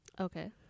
okay